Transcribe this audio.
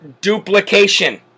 duplication